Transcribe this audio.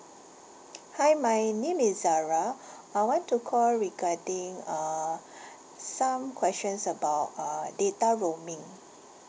hi my name is zara I want to call regarding err some questions about uh data roaming